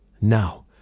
Now